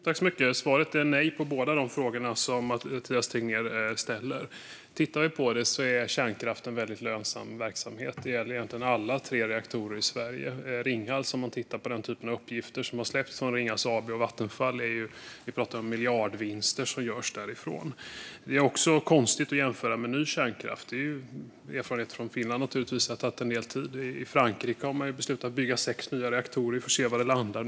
Fru talman! Svaret är nej på både de frågor som Mathias Tegnér ställer. Tittar vi på det är kärnkraften en väldigt lönsam verksamhet. Det gäller egentligen alla tre reaktorer i Sverige. Om man tittar på den typen av uppgifter för Ringhals som har släppts från Ringhals AB och Vattenfall ser vi att man talar om miljardvinster som görs därifrån. Det är också konstigt att jämföra med ny kärnkraft. Vi har erfarenheten från Finland att det har tagit en hel del tid. I Frankrike har man beslutat att bygga sex nya reaktorer. Vi får se var det landar.